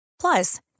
Plus